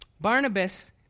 Barnabas